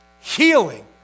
healing